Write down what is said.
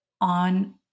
on